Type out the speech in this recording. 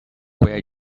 where